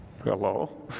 Hello